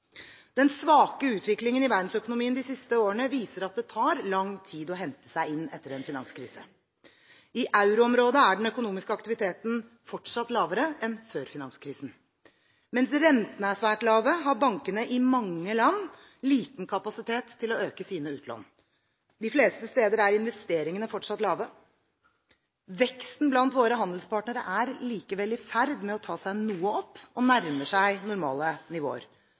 Den svake utviklingen i verdensøkonomien de siste årene viser at det tar lang tid å hente seg inn etter en finanskrise. I euroområdet er den økonomiske aktiviteten fortsatt lavere enn før finanskrisen. Mens rentene er svært lave, har bankene i mange land liten kapasitet til å øke sine utlån. De fleste steder er investeringene fortsatt lave. Veksten blant våre handelspartnere er likevel i ferd med å ta seg noe opp og nærmer seg normale nivåer.